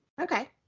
Okay